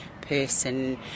person